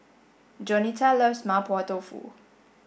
Jaunita loves Mapo tofu